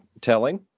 telling